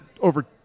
over